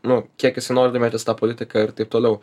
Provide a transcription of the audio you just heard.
nu kiek jisai nori domėtis ta politika ir taip toliau